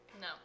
No